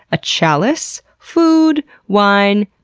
a chalice, food, wine,